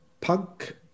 Punk